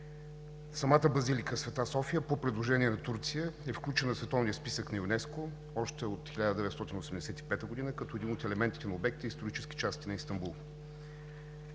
Самата базилика „Св. София“ по предложение на Турция е включена в световния списък на ЮНЕСКО още от 1985 г. като един от елементите на обект „Исторически части на Истанбул“.